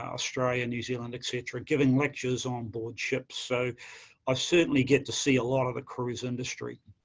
australia, new zealand, etc, giving lectures on board ships. so i certainly get to see a lot of the cruise industry.